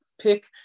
pick